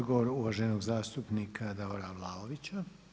Odgovor uvaženog zastupnika Davora Vlaovića.